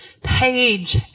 Page